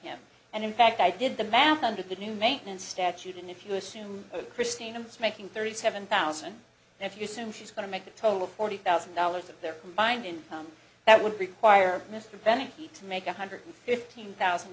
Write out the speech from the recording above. him and in fact i did the math under the new maintenance statute and if you assume christine and it's making thirty seven thousand now if you assume she's going to make a total of forty thousand dollars of their combined income that would require mr bennett he to make one hundred fifteen thousand